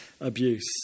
abuse